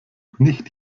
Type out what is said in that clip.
nicht